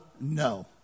no